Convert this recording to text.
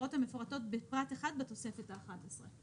העבירות המפורטות בפרט (1) בתוספת האחת עשרה'.